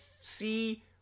see